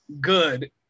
good